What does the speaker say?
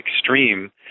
extreme